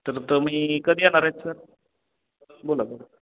तर तुम्ही कधी येनार आहेत सर बोला बोला